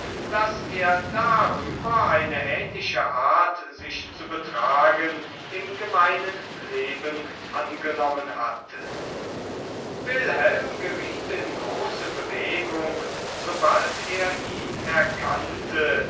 daß er darüber eine ähnliche art sich zu betragen im gemeinen leben angenommen hatte wilhelm geriet in große bewegung sobald er ihn erkannte